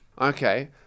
Okay